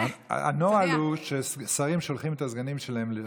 הנוהל הוא ששרים שולחים את הסגנים שלהם.